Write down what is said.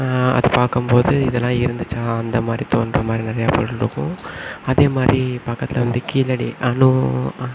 அது பார்க்கம்போது இதெலாம் இருந்துச்சா அந்த மாதிரி தோன்ற மாதிரி நிறையா பொருள் இருக்கும் அதே மாதிரி பக்கத்தில் வந்து கீழடி அணு